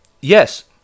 yes